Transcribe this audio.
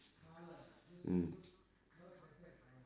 mm